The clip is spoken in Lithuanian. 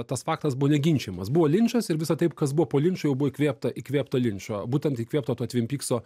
tas faktas buvo neginčijamas buvo linčas ir visa tai kas buvo po linčo jau buvo įkvėpta įkvėpta linčo būtent įkvėpta to tvin pykso